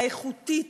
האיכותית,